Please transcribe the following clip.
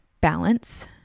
balance